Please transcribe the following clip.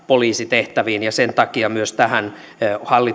poliisitehtäviin koulutettavia ja sen takia myös tähän hallitus on